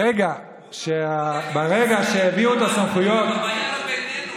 ברגע שהעבירו את הסמכויות, בינינו.